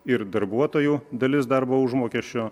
ir darbuotojų dalis darbo užmokesčio